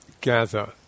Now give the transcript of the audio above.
gather